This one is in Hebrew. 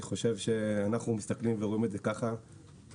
אני חושב שאנחנו מסתכלים ורואים את זה כך לנגד